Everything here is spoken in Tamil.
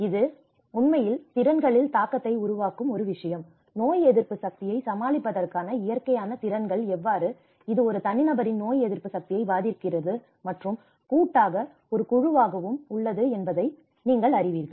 இது உண்மையில் திறன்களில் தாக்கத்தை உருவாக்கும் ஒரு விஷயம் நோய் எதிர்ப்பு சக்தியை சமாளிப்பதற்கான இயற்கையான திறன்கள் எவ்வாறு இது ஒரு தனிநபரின் நோய் எதிர்ப்பு சக்தியை பாதிக்கிறது மற்றும் கூட்டாக ஒரு குழுவாகவும் உள்ளது என்பதை நீங்கள் அறிவீர்கள்